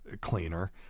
cleaner